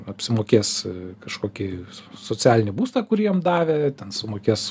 apsimokės kažkokį socialinį būstą kurį jam davė ten sumokės